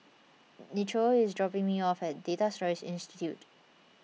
Nichole is dropping me off at Data Storage Institute